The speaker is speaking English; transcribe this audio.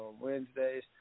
Wednesdays